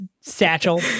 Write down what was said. satchel